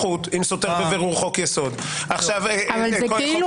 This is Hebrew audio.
ועכשיו אתם מחוקקים